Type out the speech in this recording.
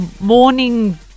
morning